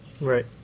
Right